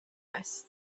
است